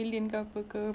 you know what I mean